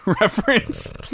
reference